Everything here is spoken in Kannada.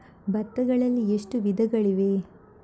ಭತ್ತಗಳಲ್ಲಿ ಎಷ್ಟು ವಿಧಗಳಿವೆ?